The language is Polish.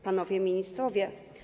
Panowie Ministrowie!